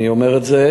אני אומר את זה,